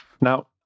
now